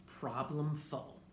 problemful